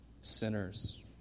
sinners